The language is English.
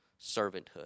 Servanthood